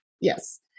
Yes